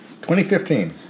2015